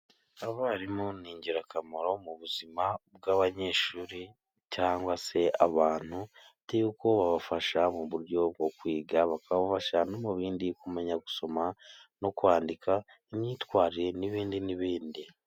Abarimu ni ingirakamaro mu buzima bw'abanyeshuri cyangwa se abantu, bitewe y'uko babafasha mu buryo bwo kwiga bakabafasha no mu bindi, kumenya gusoma no kwandika imyitwarire n'ibindi n'ibindi.